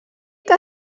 que